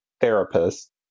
therapist